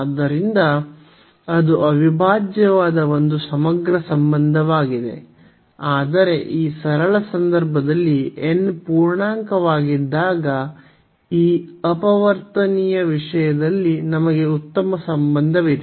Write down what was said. ಆದ್ದರಿಂದ ಅದು ಅವಿಭಾಜ್ಯವಾದ ಒಂದು ಸಮಗ್ರ ಸಂಬಂಧವಾಗಿದೆ ಆದರೆ ಈ ಸರಳ ಸಂದರ್ಭದಲ್ಲಿ n ಪೂರ್ಣಾಂಕವಾಗಿದ್ದಾಗ ಈ ಅಪವರ್ತನೀಯ ವಿಷಯದಲ್ಲಿ ನಮಗೆ ಉತ್ತಮ ಸಂಬಂಧವಿದೆ